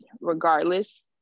regardless